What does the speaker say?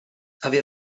avere